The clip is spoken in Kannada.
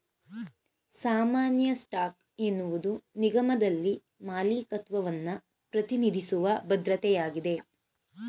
ಸಾಮಾನ್ಯ ಸ್ಟಾಕ್ ಎನ್ನುವುದು ನಿಗಮದಲ್ಲಿ ಮಾಲೀಕತ್ವವನ್ನ ಪ್ರತಿನಿಧಿಸುವ ಭದ್ರತೆಯಾಗಿದೆ